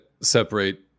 separate